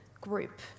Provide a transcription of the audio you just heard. group